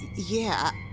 yeah,